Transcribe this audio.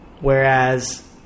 Whereas